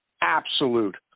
absolute